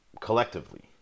collectively